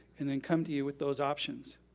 and then come to you with those options.